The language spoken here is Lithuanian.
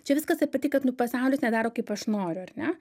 čia viskas apie tai kad nu pasaulis nedaro kaip aš noriu ar ne